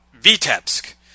Vitebsk